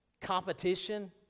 competition